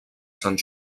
sant